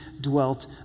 dwelt